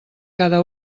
cada